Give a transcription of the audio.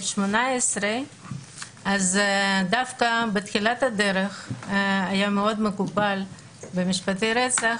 18. דווקא בתחילת הדרך היה מקובל מאוד במשפטי רצח,